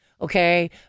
okay